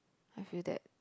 I feel that